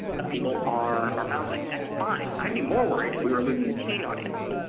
of people are are bouncing. that's fine. i'd be more worried if we were losing a teen audience.